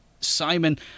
Simon